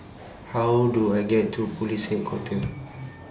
How Do I get to Police Headquarters